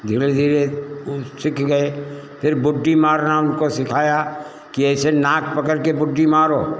धीरे धीरे ऊ सीख गए फिर बुड्डी मारना उनको सिखाया कि ऐसे नाक पकड़ के बुड्डी मारो